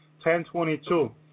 10:22